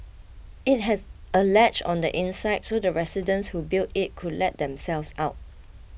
it had a latch on the inside so the residents who built it could let themselves out